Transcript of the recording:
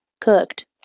cooked